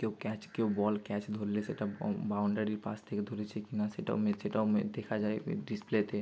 কেউ ক্যাচ কেউ ball catch ধরলে সেটা বাউন্ডারির পাশ থেকে ধরেছে কি না সেটাও মে সেটাও মে দেখা যায় ওই ডিসপ্লেতে